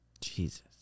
jesus